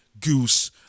goose